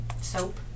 soap